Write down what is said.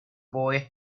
boy